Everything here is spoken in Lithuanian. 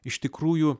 iš tikrųjų